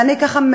ואני ככה,